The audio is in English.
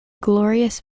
glorious